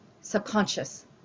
subconscious